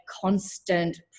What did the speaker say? constant